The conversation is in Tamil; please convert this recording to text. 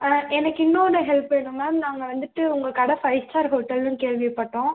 ஆ எனக்கு இன்னொரு ஹெல்ப் வேணும் மேம் நாங்கள் வந்துட்டு உங்கள் கடை ஃபைவ் ஸ்டார் ஹோட்டலுன்னு கேள்விப்பட்டோம்